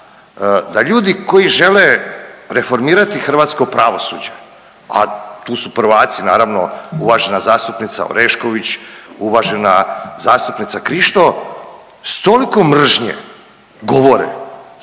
da ljudi koji žele reformirati hrvatsko pravosuđe, a tu su prvaci naravno uvažena zastupnica Orešković, uvažena zastupnica Krišto, s toliko mržnje govore,